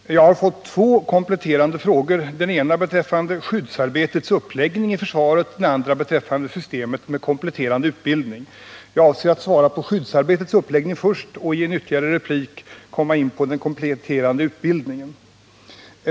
Herr talman! Jag har fått två kompletterande frågor, den ena beträffande skyddsarbetets uppläggning i försvaret, den andra beträffande systemet med kompletterande utbildning. Jag avser att svara på frågan om skyddsarbetets uppläggning först och att i en ytterligare replik komma in på den kompletterande utbildningen.